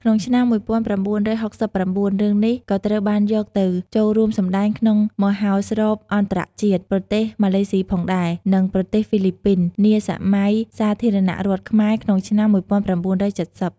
ក្នុងឆ្នាំ១៩៦៩ រឿងនេះ ក៏ត្រូវបានយកទៅចូលរួមសម្តែងក្នុងមហោស្រពអន្តរជាតិ ប្រទេសម៉ាឡេស៊ីផងដែរ, និងប្រទេសហ្វីលីពីន នាសម័យសាធារណរដ្ឋខ្មែរ ក្នុងឆ្នាំ ១៩៧០ ។